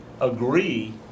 agree